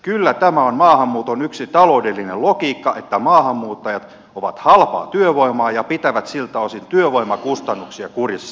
kyllä tämä on maahanmuuton yksi taloudellinen logiikka että maahanmuuttajat ovat halpaa työvoimaa ja pitävät siltä osin työvoimakustannuksia kurissa